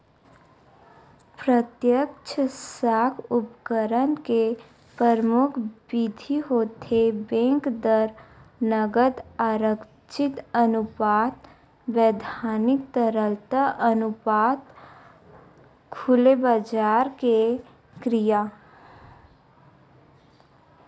अप्रत्यक्छ साख उपकरन के परमुख बिधि होथे बेंक दर, नगद आरक्छित अनुपात, बैधानिक तरलता अनुपात, खुलेबजार के क्रिया